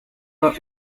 were